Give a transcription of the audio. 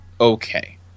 Okay